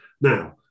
Now